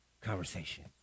conversation